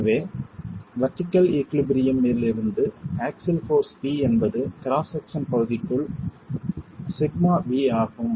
எனவே vertical equilibrium மிலிருந்து axial force P என்பது கிராஸ் செக்சன் பகுதிக்குள் σv ஆகும்